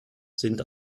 sind